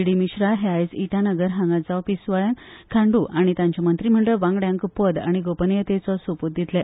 डी मिश्रा हे आज इटानगर हांगासर जावपी सुवाळ्यांत खांड्र आनी तांचे मंत्रीमडळ वांगड्यांक पद आनी गोपनियतेचो सोपूत दितले